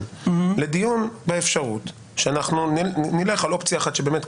לדיון באפשרות שאנחנו נלך על אופציה אחת שבאמת,